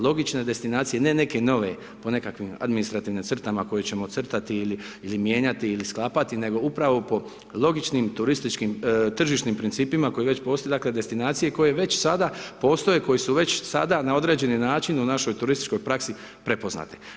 Logične je destinacije, ne neke nove, po nekakvim administrativnim crtama koje ćemo crtati ili mijenjati ili sklapati nego upravo po logičnim turističkim tržišnim principima koji već postoje, dakle destinacije koje već sada postoje, koje su već sada na određeni način u našoj turističkoj praksi prepoznati.